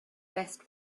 best